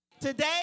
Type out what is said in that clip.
Today